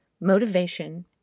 motivation